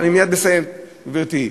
אני מייד מסיים, גברתי.